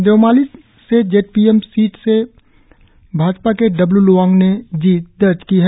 Deomali J P M seat से भाजपा के W Lowang ने जीत दर्ज की है